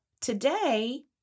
today